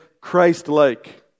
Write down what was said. Christ-like